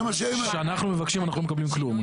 כשאנחנו מבקשים אנחנו לא מקבלים כלום,